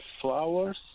flowers